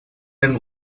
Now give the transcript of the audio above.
end